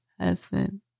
husband